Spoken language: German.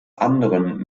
anderen